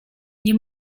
nie